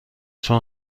چون